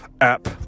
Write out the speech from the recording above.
app